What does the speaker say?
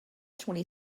twenty